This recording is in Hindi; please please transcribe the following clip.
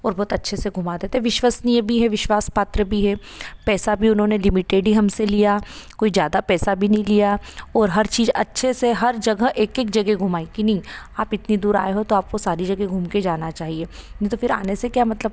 और बहुत अच्छे से घुमा देते विश्वसनीय भी है विश्वासपात्र भी है पैसा भी उन्होंने लिमिटेड ही हमसे लिया कोई ज़्यादा पैसा भी नहीं लिया और हर चीज अच्छे से हर जगह एक एक जगह घुमाई कि नहीं आप इतनी दूर आए हो तो आपको सारी जगह घूम के जाना चाहिए नहीं तो फिर आने से क्या मतलब